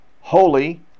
holy